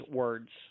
words